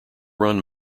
run